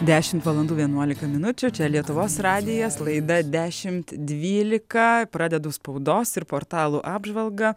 dešimt valandų vienuolika minučių čia lietuvos radijas laida dešimt dvylika pradedu spaudos ir portalų apžvalgą